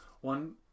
One